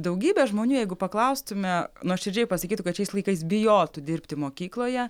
daugybė žmonių jeigu paklaustume nuoširdžiai pasakytų kad šiais laikais bijotų dirbti mokykloje